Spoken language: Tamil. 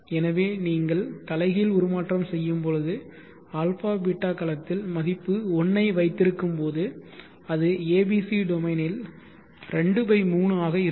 எனவே நீங்கள் தலைகீழ் உருமாற்றம் செய்யும்போது αβ களத்தில் மதிப்பு 1 ஐ வைத்திருக்கும்போது அது abc டொமைனில் 23 ஆக இருக்கும்